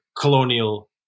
colonial